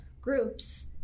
groups